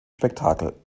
spektakel